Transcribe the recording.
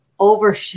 over